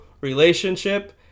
relationship